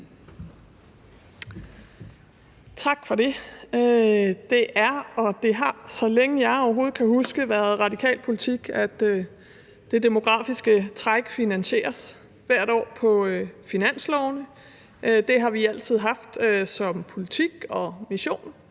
Tak for det. Det er og det har, så længe jeg overhovedet kan huske, været radikal politik, at det demografiske træk hvert år finansieres på finanslovene. Det har vi altid haft som politik og vision,